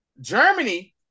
Germany